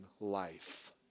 life